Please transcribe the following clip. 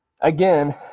Again